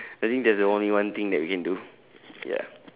I think that's the only one thing that we can do ya